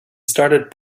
started